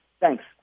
Thanks